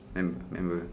mem~ member